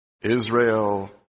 Israel